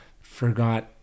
forgot